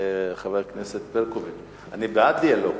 חברת הכנסת ברקוביץ, אני בעד דיאלוג,